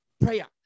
prayer